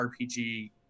RPG